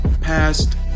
past